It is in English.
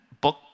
book